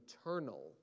eternal